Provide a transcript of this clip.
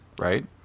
right